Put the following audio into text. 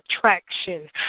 traction